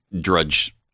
Drudge